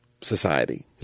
society